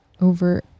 over